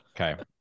Okay